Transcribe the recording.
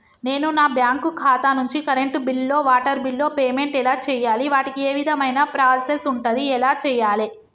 నేను నా బ్యాంకు ఖాతా నుంచి కరెంట్ బిల్లో వాటర్ బిల్లో పేమెంట్ ఎలా చేయాలి? వాటికి ఏ విధమైన ప్రాసెస్ ఉంటది? ఎలా చేయాలే?